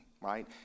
right